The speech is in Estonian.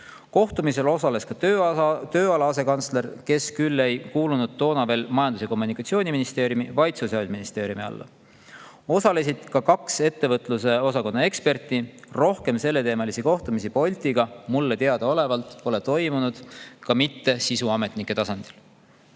Kohtumisel osales ka tööala asekantsler, kes toona ei kuulunud veel Majandus‑ ja Kommunikatsiooniministeeriumi, vaid Sotsiaalministeeriumi. Osalesid ka kaks ettevõtluse osakonna eksperti. Rohkem selleteemalisi kohtumisi Boltiga mulle teadaolevalt pole toimunud, ka mitte sisuametnike tasandil.